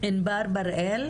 ענבר בראל,